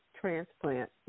transplant